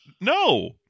No